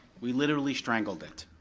we literally strangled it.